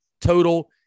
total